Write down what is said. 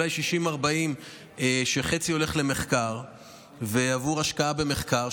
אולי 40% 60%. חצי הולך למחקר ולהשקעה במחקר,